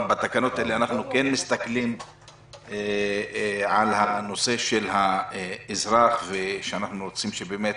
בתקנות האלה אנחנו כן מסתכלים על הנושא של האזרח שאנחנו רוצים שבאמת